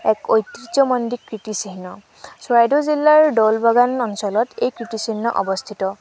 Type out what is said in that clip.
এক ঐতিহ্যমণ্ডিত কীৰ্তিচিহ্ন চৰাইদেউ জিলাৰ দৌলবাগান অঞ্চলত এই কীৰ্তিচিহ্ন অৱস্থিত